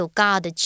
God